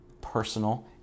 personal